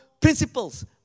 principles